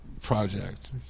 project